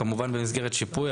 כמובן במסגרת שיפוי,